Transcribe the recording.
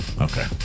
Okay